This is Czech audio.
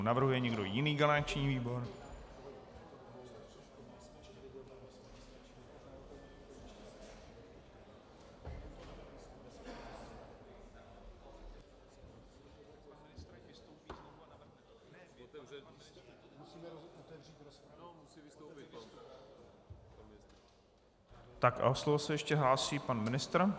Navrhuje někdo jiný garanční výbor? . Tak a o slovo se ještě hlásí pan ministr.